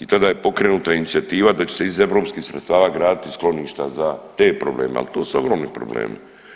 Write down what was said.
i tada je pokrenuta inicijativa da će se iz europskih sredstava graditi skloništa za te probleme, ali to su ogromni problemi.